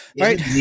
right